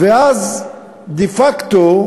ואז דה פקטו,